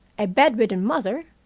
a bedridden mother,